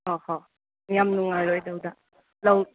ꯑꯣꯍꯣ ꯌꯥꯝ ꯅꯨꯡꯉꯥꯏꯔꯣꯏꯗꯧꯗ